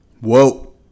Whoa